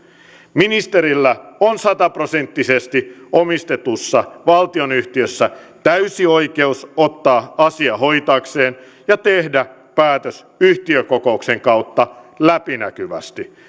ministerillä on sata prosenttisesti omistetussa valtionyhtiössä täysi oikeus ottaa asia hoitaakseen ja tehdä päätös yhtiökokouksen kautta läpinäkyvästi